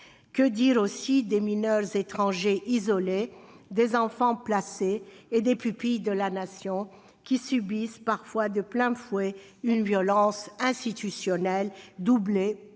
Que dire des mineurs étrangers isolés, des enfants placés et des pupilles de la Nation, qui subissent parfois de plein fouet une violence institutionnelle, doublée